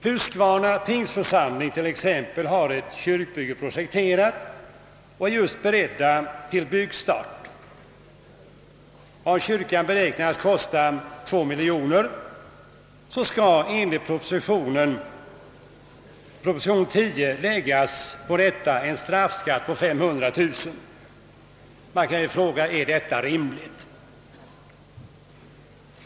Huskvarna pingstförsamling t.ex. har ett kyrkbygge projekterat och är just beredd till byggstart. Om kyrkan kostar 2 miljoner kronor skall enligt propositionen nr 10 på detta läggas en straffskatt av 500 000 kronor. Man kan fråga om detta är rimligt.